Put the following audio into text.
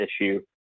issue